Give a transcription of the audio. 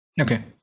Okay